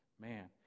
Man